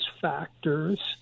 factors